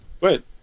Wait